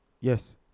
Yes